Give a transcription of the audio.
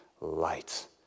light